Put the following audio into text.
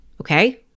okay